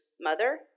mother